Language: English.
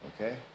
Okay